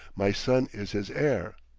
my son is his heir.